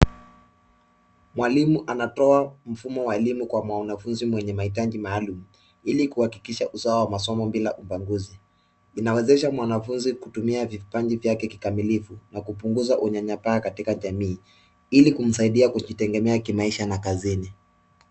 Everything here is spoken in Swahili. Mwalimu anatoa mfumo wa elimu kwa mwanafunzi mwenye mahitaji maalum, ili kuhakikisha usawa wa masomo bila ubaguzi. Inawezesha mwanafunzi kutumia vipaji vyake kikamilifu, na kupunguza unyanyapaa katika jamii ili kumsaidia kujitegmea kimaisha na kazini.